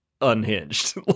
unhinged